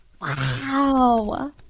Wow